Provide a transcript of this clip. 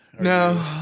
No